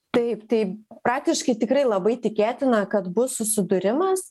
taip taip praktiškai tikrai labai tikėtina kad bus susidūrimas